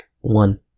one